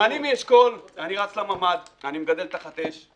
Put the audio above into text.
אני מאשכול, רץ לממ"ד, אני מגדל תחת אש.